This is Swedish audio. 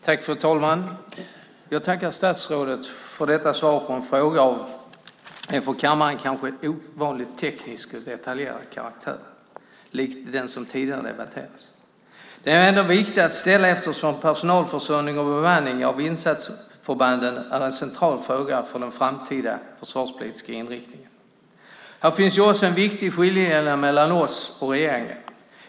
Fru talman! Jag tackar statsrådet för detta svar på en fråga av för kammaren kanske ovanligt teknisk och detaljerad karaktär, likt den som tidigare debatterades. Den är ändå viktig att ställa eftersom personalförsörjning och bemanning av insatsförbanden är en central fråga för den framtida försvarspolitiska inriktningen. Här finns också en viktig skiljelinje mellan oss och regeringen.